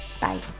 Bye